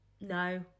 No